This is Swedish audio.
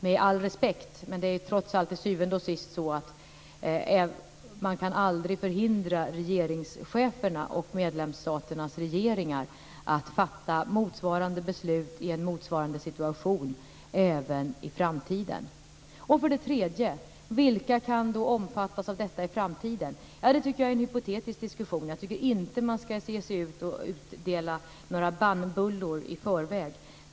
Med all respekt är det till syvende och sist så att man aldrig kan förhindra regeringscheferna och medlemsstaternas regeringar att fatta motsvarande beslut i en motsvarande situation även i framtiden. För det tredje gällde det vilka som då kan omfattas av detta i framtiden. Det tycker jag är en hypotetisk diskussion. Jag tycker inte att man ska gå ut och utdela några bannbullor i förväg.